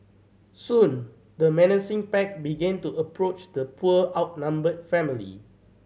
soon the menacing pack began to approach the poor outnumbered family